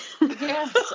Yes